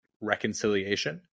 reconciliation